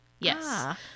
Yes